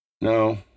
No